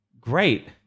Great